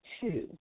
two